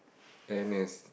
N_S